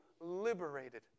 liberated